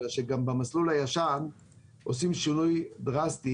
אלא שגם במסלול הישן עושים שינוי דרסטי